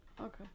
Okay